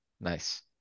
Nice